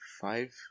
five